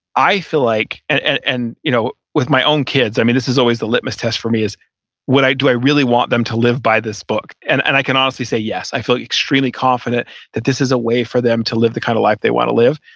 i feel like, and you know with my own kids, i mean this is always the litmus test for me is what i do, i really want them to live by this book. and and i can honestly say yes, i feel extremely confident that this is a way for them to live the kind of life they want to live.